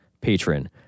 patron